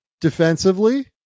defensively